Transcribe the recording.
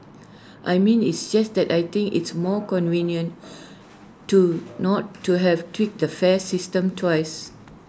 I mean it's just that I think it's more convenient to not to have tweak the fare system twice